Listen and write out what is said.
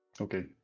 Okay